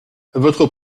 votre